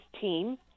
team